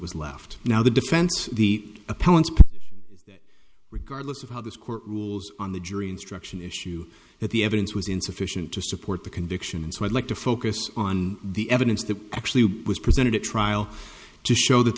was left now the defense the appellant regardless of how this court rules on the jury instruction issue that the evidence was insufficient to support the conviction and so i'd like to focus on the evidence that actually was presented at trial to show that